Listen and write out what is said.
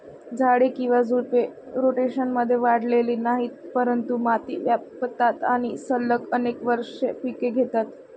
झाडे किंवा झुडपे, रोटेशनमध्ये वाढलेली नाहीत, परंतु माती व्यापतात आणि सलग अनेक वर्षे पिके घेतात